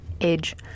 age